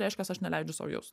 reiškias aš neleidžiu sau jaust